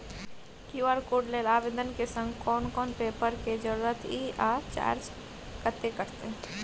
QR code लेल आवेदन के संग कोन कोन पेपर के जरूरत इ आ चार्ज कत्ते कटते?